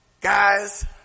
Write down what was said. Guys